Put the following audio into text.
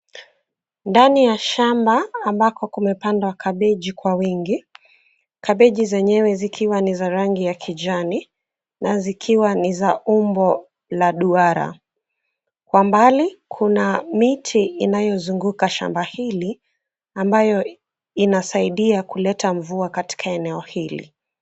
Ndani ya shamba ambako kumepandwa kabichi kwa wingi. Kabichi zenyewe zikiwa ni za rangi ya kijani na zikiwa ni za umbo la duara. Kwa mbali kuna miti inayozunguka shamba hili ambayo inasaidia kuleta mvua katika eneo hili.